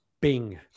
bing